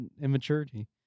immaturity